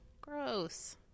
gross